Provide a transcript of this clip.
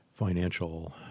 financial